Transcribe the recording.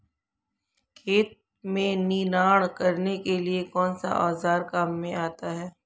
खेत में निनाण करने के लिए कौनसा औज़ार काम में आता है?